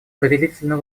повелительно